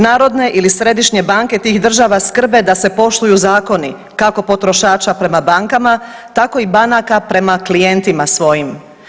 Narodne ili središnje banke tih država skrbe da se poštuju zakoni, kako potrošača prema bankama, tako i banaka prema klijentima svojim.